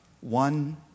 one